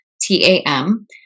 T-A-M